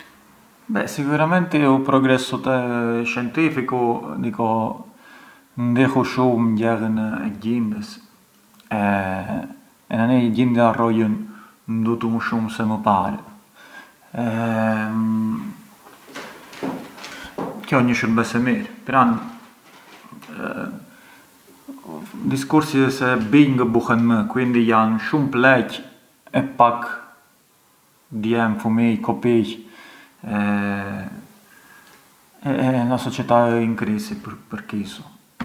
Sicuramenti u progessu scientificu ndihu shumë gjellën të gjindes e nani gjindja rrojën ndutu më shumë se më para, e qo ë një shurbes e mirë pran diskursi ë se bijë ngë buhen më, quindi jan shum pleq e pak djemp, fumij, kopij, e la società ë in crisi përkisu.